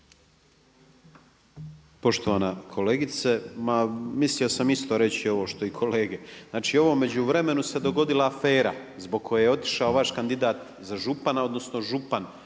Poštovana kolegice, ma mislio sam isto reći ovo što i kolege. Znači u ovom međuvremenu se dogodila afera, zbog koje je otišao vaš kandidat za župana odnosno, župan